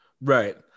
Right